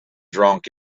drunk